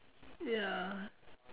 ya